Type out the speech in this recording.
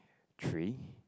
three